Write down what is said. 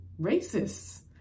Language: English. racists